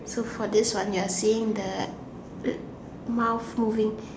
so for this one you are seeing the uh mouth moving